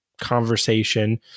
conversation